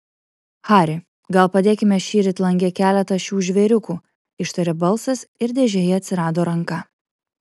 hari gal padėkime šįryt lange keletą šių žvėriukų ištarė balsas ir dėžėje atsirado ranka